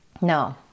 No